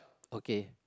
okay